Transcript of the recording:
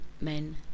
men